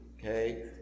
okay